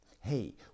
Hey